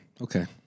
Okay